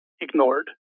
ignored